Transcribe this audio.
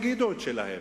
והמדינות יגידו את שלהן.